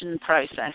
process